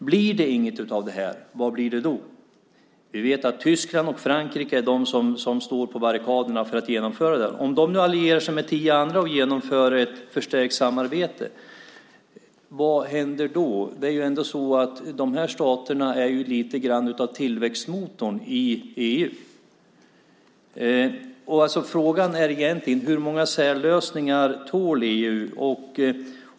Om det inte blir något av detta, vad blir det då? Vi vet att Tyskland och Frankrike står på barrikaderna för att genomföra detta. Om de allierar sig med tio andra och genomför ett förstärkt samarbete, vad händer då? De staterna är ju något av tillväxtmotorn i EU. Frågan är egentligen: Hur många särlösningar tål EU?